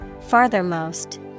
Farthermost